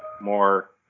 more